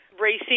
Racing